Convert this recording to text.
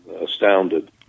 Astounded